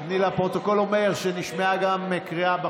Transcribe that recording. לפרוטוקול אני אומר שנשמעה קריאה גם